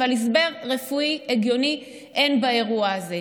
אבל הסבר רפואי הגיוני אין באירוע הזה.